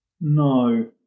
No